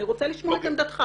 אני רוצה לשמוע את עמדתך.